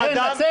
כן.